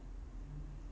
baby 的屁股